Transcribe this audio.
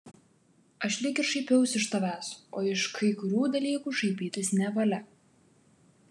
aš lyg ir šaipiausi iš tavęs o iš kai kurių dalykų šaipytis nevalia